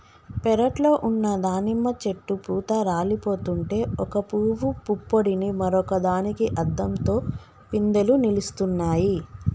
పెరట్లో ఉన్న దానిమ్మ చెట్టు పూత రాలిపోతుంటే ఒక పూవు పుప్పొడిని మరొక దానికి అద్దంతో పిందెలు నిలుస్తున్నాయి